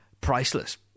priceless